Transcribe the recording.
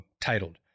titled